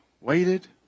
Waited